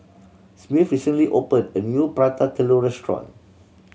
Smith recently opened a new Prata Telur restaurant